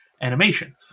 animation